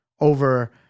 over